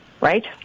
Right